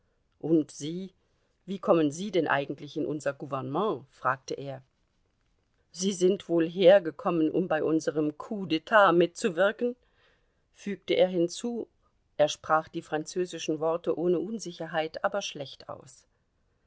kommen sie denn eigentlich in unser gouvernement fragte er sie sind wohl hergekommen um bei unserm coup d'tat mitzuwirken fügte er hinzu er sprach die französischen worte ohne unsicherheit aber schlecht aus